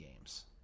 games